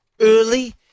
early